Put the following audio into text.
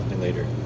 later